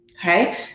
Okay